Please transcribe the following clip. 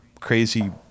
crazy